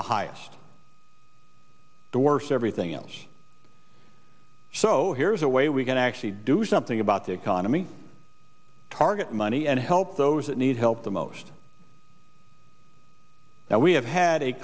the highest the worst everything else so here's a way we can actually do something about the economy target money and help those that need help the most that we have had a